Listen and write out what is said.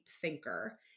thinker